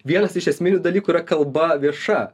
vienas iš esminių dalykų yra kalba vieša